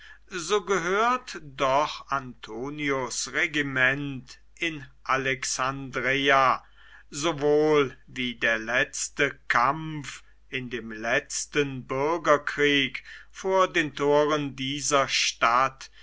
so gehört doch antonius regiment in alexandreia sowohl wie der letzte kampf in dem letzten bürgerkrieg vor den toren dieser stadt